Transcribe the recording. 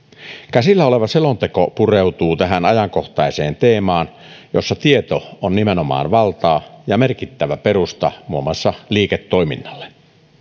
käsillä oleva selonteko pureutuu tähän ajankohtaiseen teemaan jossa tieto on nimenomaan valtaa ja merkittävä perusta muun muassa liiketoiminnalle